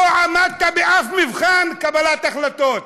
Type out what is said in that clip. לא עמדת באף מבחן קבלת החלטות.